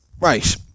Right